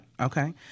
Okay